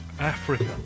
Africa